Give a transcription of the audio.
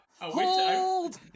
hold